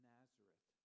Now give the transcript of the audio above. Nazareth